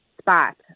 spot